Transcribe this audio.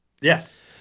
Yes